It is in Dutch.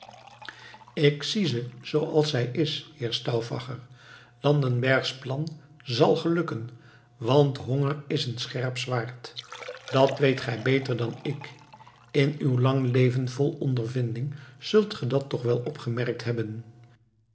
ik zie ze zooals zij is heer stauffacher landenbergs plan zal gelukken want honger is een scherp zwaard dat weet gij beter dan ik in uw lang leven vol ondervinding zult ge dat toch wel opgemerkt hebben